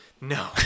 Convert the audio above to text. No